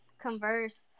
converse